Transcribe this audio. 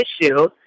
issue